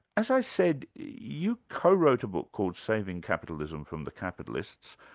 as i said, you co-wrote a book called saving capitalism from the capitalists.